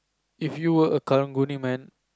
if you were a karang-guni man